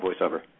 voiceover